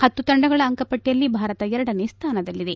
ಪತ್ತು ತಂಡಗಳ ಅಂಕಪಟ್ಟಿಯಲ್ಲಿ ಭಾರತ ಎರಡನೇ ಸ್ಥಾನದಲ್ಲಿದೆ